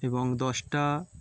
এবং দশটা